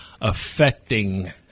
affecting